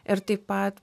ir taip pat